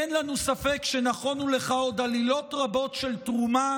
אין לנו ספק שנכונו לך עוד עלילות רבות של תרומה